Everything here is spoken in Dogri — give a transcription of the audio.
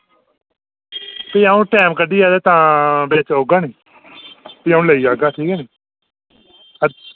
ते भी अं'ऊ टैम कड्ढियै बिच औगा नी भी अं'ऊ लेई जाह्गा ठीक ऐ नी